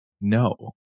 No